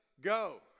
go